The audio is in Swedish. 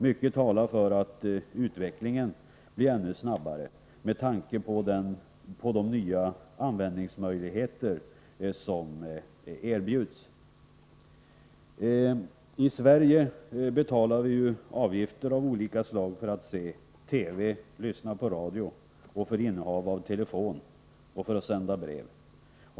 Mycket talar för att utvecklingen blir ännu snabbare med tanke på de nya användningsmöjligheter som erbjuds. I Sverige betalar vi avgifter av olika slag för att se TV, lyssna på radio, för innehav av telefon och för att sända brev.